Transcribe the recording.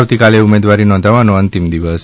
આવતી કાલે ઉમેદવારી નોંધાવવાનો અંતિમ દિવસ છે